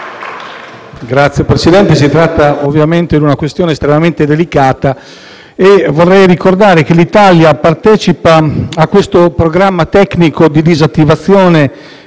Signor Presidente, si tratta ovviamente di una questione estremamente delicata. Vorrei ricordare che l'Italia partecipa a questo programma tecnico di disattivazione